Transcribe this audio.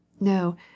no